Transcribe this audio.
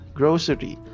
grocery